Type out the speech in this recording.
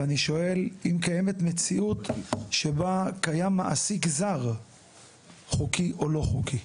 ואני שואל אם קיימת מציאות שבה קיים מעסיק זר חוקי או לא חוקי?